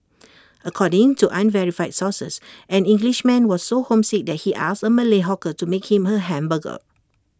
according to unverified sources an Englishman was so homesick that he asked A Malay hawker to make him A hamburger